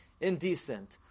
indecent